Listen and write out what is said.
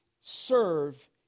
serve